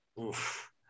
Oof